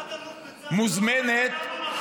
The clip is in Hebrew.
אה,